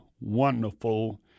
wonderful